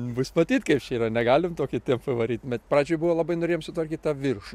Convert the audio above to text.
bus matyt kaip čia yra negalim tokiu tempu varyt bet pradžioj buvo labai norėjom sutvarkyt tą viršų